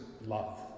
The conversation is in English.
love